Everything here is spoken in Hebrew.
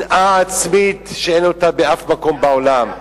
שנאה עצמית שאין באף מקום בעולם.